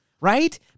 right